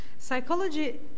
Psychology